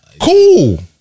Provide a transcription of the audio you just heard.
Cool